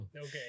Okay